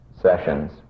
sessions